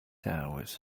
hours